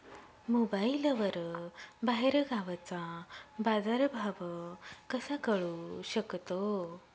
मोबाईलवर बाहेरगावचा बाजारभाव कसा कळू शकतो?